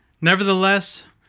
Nevertheless